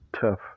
tough